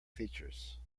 features